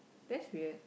that's weird